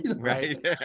right